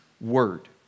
word